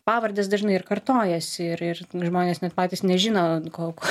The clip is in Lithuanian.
pavardės dažnai ir kartojasi ir ir žmonės net patys nežino koks